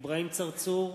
אברהים צרצור,